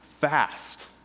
fast